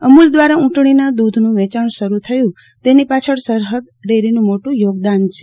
અમૂલ દ્વારા ઊંટડીના દૂધનું વેચાણ શરૂ થયું તેની પાછળ સરહદ ડેરીનું મોટું યોગદાન છે